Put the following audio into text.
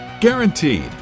guaranteed